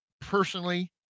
personally